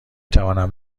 توانم